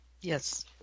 Yes